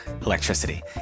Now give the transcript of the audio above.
electricity